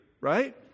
right